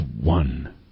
one